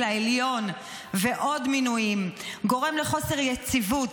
לעליון ועוד מינויים גורם לחוסר יציבות,